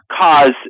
cause